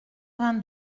vingt